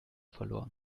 verloren